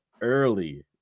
early